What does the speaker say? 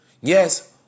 yes